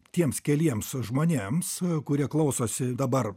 tiems keliems žmonėms kurie klausosi dabar